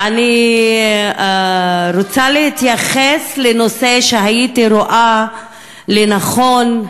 אני רוצה להתייחס לנושא שהייתי רואה לנכון,